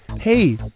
hey